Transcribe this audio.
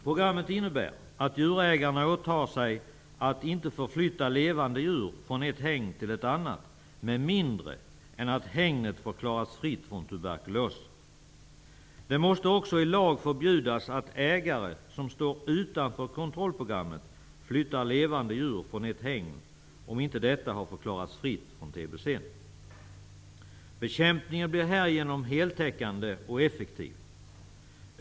Programmet innebär att djurägarna åtar sig att inte förflytta levande djur från ett hägn till ett annat med mindre än att hägnet förklaras fritt från turberkulos. Det måste också i lag förbjudas att ägare som står utanför kontrollprogrammet flyttar levande djur från ett hägn om detta inte förklarats fritt från tbc. Bekämpningen blir härigenom heltäckande och effektiv.